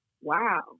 Wow